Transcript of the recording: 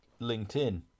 LinkedIn